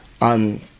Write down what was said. on